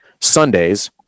Sundays